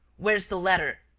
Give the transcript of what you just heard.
where is the letter?